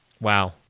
Wow